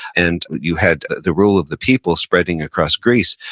and you had the rule of the people spreading across greece,